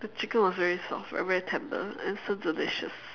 the chicken was very soft very very tender and so delicious